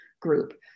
group